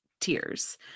tears